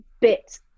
bit